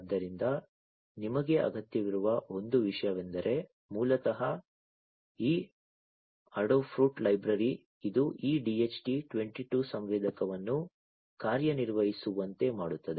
ಆದ್ದರಿಂದ ನಿಮಗೆ ಅಗತ್ಯವಿರುವ ಒಂದು ವಿಷಯವೆಂದರೆ ಮೂಲತಃ ಈ ಅಡಾಫ್ರೂಟ್ ಲೈಬ್ರರಿ ಇದು ಈ DHT 22 ಸಂವೇದಕವನ್ನು ಕಾರ್ಯನಿರ್ವಹಿಸುವಂತೆ ಮಾಡುತ್ತದೆ